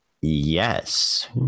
yes